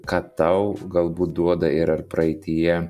ką tau galbūt duoda ir ar praeityje